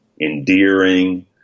endearing